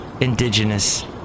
indigenous